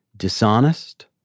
Dishonest